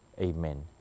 Amen